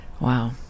Wow